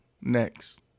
next